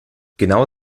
genau